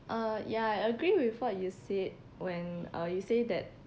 uh ya I agree with what you said when uh you say that